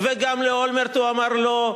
וגם לאולמרט הוא אמר לא.